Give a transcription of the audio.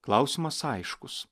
klausimas aiškus